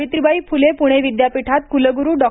सावित्रीबाई फुले पुणे विद्यापीठात कुलगुरू डॉ